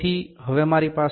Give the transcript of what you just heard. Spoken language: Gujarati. તેથી હવે મારી પાસે 57